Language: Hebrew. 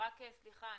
סליחה,